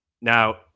Now